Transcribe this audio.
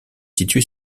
situé